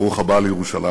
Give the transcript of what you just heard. ברוך הבא לירושלים.